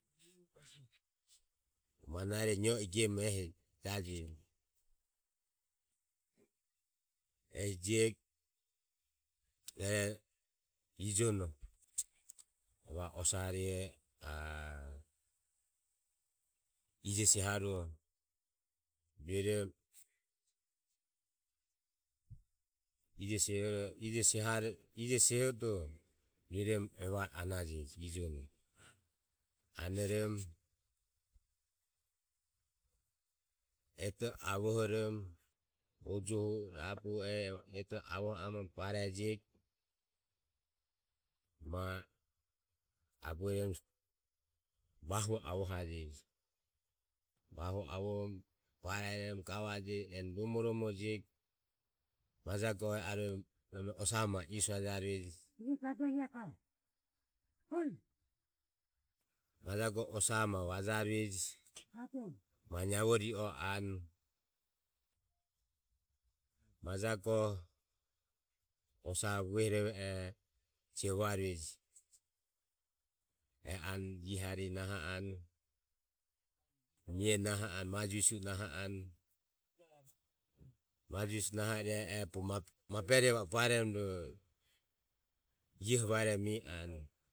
Manaire nioe manaire nioe gem ehi jajeji ehi jieog e ejono evare osa hariho eva ije seharuo ije seha. ije seharo, ije sehodo ero evare na anaje anorom maeto avohorom ojohu rabohu maeto avohom barejeg va abuerom vahue avohaje gavaje romo romo jego majaego earue osaego usvaerom majaego osaho ma vajarueje, ma naevo ri o anue, majae goho osaho vuehorove oho uva rueje e anue ie harihe naho anue. ie naho anue majo visue naho anue. majo visu naho i e e oho bogo maberoho baeromo ioho vaeromo i anue. Majo visue naho ire e oho hehi ore iaeje ma u emu majo visue baeromo ie va ire e oho e anue je